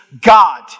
God